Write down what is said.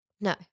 No